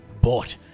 bought